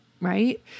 right